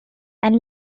and